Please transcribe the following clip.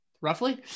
roughly